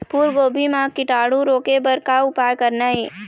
फूलगोभी म कीटाणु रोके बर का उपाय करना ये?